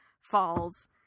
falls